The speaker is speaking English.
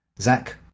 Zach